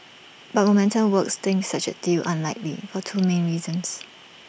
but momentum works thinks such A deal unlikely for two main reasons